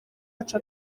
wacu